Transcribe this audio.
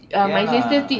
ya lah